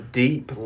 deep